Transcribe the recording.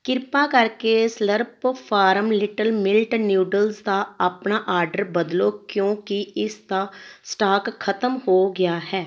ਕਿਰਪਾ ਕਰਕੇ Slurrp Farm little millet noodles ਦਾ ਆਪਣਾ ਆਰਡਰ ਬਦਲੋ ਕਿਉਂਕਿ ਇਸ ਦਾ ਸਟਾਕ ਖਤਮ ਹੋ ਗਿਆ ਹੈ